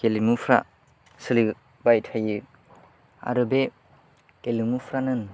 गेलेमुफ्रा सोलिबाय थायो आरो बे गेलेमुफ्रानो